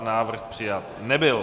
Návrh přijat nebyl.